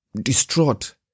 distraught